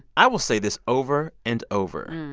i will say this over and over.